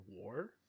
war